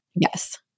Yes